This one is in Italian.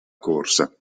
corsa